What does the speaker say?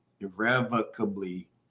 irrevocably